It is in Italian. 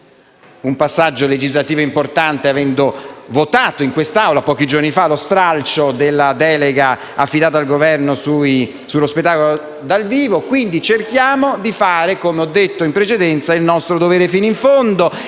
un passaggio legislativo importante, avendo votato in quest'Aula pochi giorni fa lo stralcio della delega affidata al Governo sullo spettacolo dal vivo. Quindi, cerchiamo di fare - come ho detto in precedenza - il nostro dovere fino in fondo